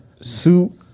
suit